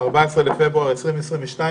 ה-14 בפברואר 2022,